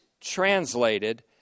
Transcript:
translated